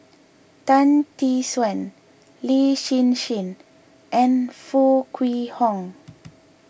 Tan Tee Suan Lin Hsin Hsin and Foo Kwee Horng